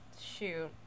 shoot